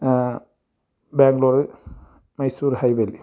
Bangalore Mysore high വേല്